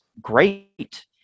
great